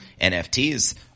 nfts